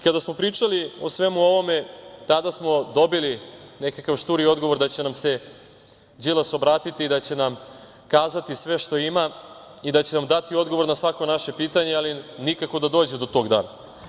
Kada smo pričali o svemu ovome tada smo dobili nekakav šturi odgovor da će nam se Đilas obratiti i da će nam kazati sve što ima i da će nam dati odgovor na svako naše pitanje, ali nikako da dođe do tog dana.